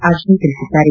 ಆಜ್ನಿ ತಿಳಿಸಿದ್ದಾರೆ